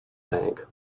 bank